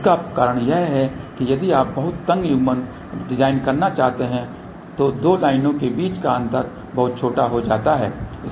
इसका कारण यह है कि यदि आप बहुत तंग युग्मन डिजाइन करना चाहते हैं तो दो लाइनों के बीच का अंतर बहुत छोटा हो जाता है